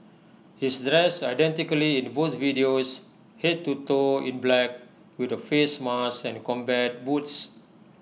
he's dressed identically in both videos Head to toe in black with A face mask and combat boots